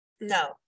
No